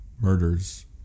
murders